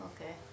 Okay